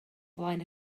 flaen